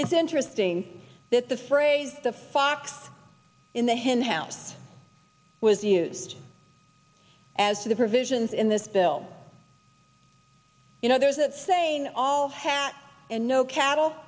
it's interesting that the phrase the fox in the hen house was used as the provisions in this bill you know there's a saying all hat and no cattle